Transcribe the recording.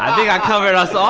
um think i covered us ah